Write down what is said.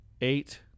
eight